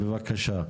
בבקשה.